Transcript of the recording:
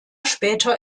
später